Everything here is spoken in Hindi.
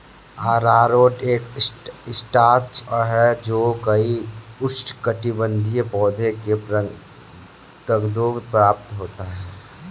अरारोट एक स्टार्च है जो कई उष्णकटिबंधीय पौधों के प्रकंदों से प्राप्त होता है